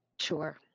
Sure